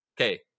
Okay